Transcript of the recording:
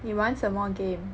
你玩什么 game